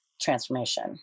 transformation